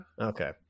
Okay